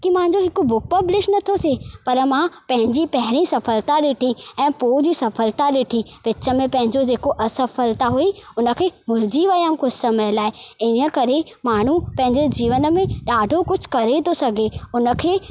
की मुंहिंजो हिकु बुक पबलिश न थो थिए पर मां पंहिंजी पहिरीं सफलता ॾिठी ऐं पोइ जी सफलता ॾिठी विच में पंहिंजो जेको असफलता हुई उन खे भुलिजी वयमि कुझु समय लाइ इअं करे माण्हू पंहिंजे जीवन में ॾाढो कुझु करे थो सघे उन खे